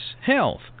health